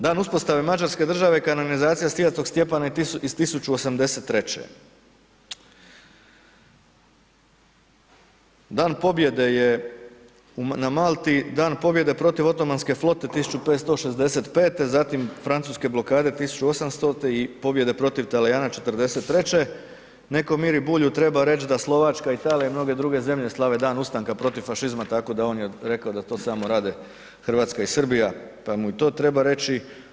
Dan uspostave mađarske države je kanonizacija Sv. Stjepana iz 1083., dan pobjede je na Malti, dan pobjede protiv otomanske flote 1565., zatim francuske blokade 1800. i pobjede protiv Talijana 43., netko Miri Bulju treba reći da Slovačka i Italija i mnoge druge zemlje slave dan ustanka protiv fašizma, tako da on je rekao da to samo rade Hrvatska i Srbija, pa mu i to treba reći.